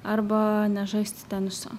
arba nežaist teniso